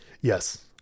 Yes